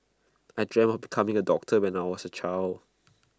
I dreamt of becoming A doctor when I was A child